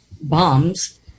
bombs